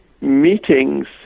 meetings